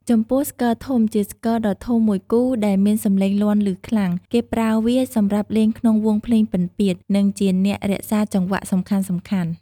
ចំពោះស្គរធំ ជាស្គរដ៏ធំមួយគូ ដែលមានសំឡេងលាន់ឮខ្លាំង គេប្រើវាសម្រាប់លេងក្នុងវង់ភ្លេងពិណពាទ្យ និងជាអ្នករក្សាចង្វាក់សំខាន់ៗ។